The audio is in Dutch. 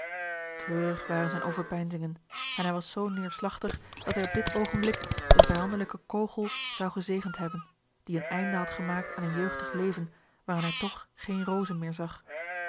treurig waren zijne overpeinzingen en hij was zoo neêrslagtig dat hij op dit oogenblik den vijandelijken kogel zou gezegend hebben die een einde had gemaakt aan een jeugdig leven waarin hij toch geene rozen meer zag